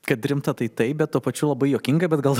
kad rimta tai taip bet tuo pačiu labai juokinga bet gal